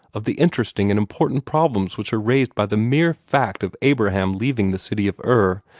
of the interesting and important problems which are raised by the mere fact of abraham leaving the city of ur.